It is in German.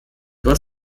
dort